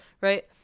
right